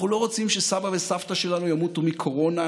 אנחנו לא רוצים שסבא וסבתא שלנו ימותו מקורונה,